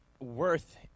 Worth